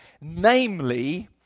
Namely